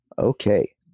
Okay